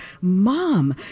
mom